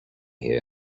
here